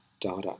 data